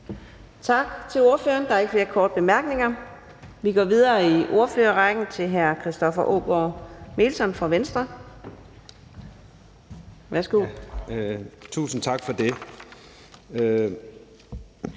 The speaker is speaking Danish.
Tak til ordføreren. Der er ikke flere korte bemærkninger. Vi går videre i ordførerrækken til hr. Lars Arne Christensen fra Moderaterne.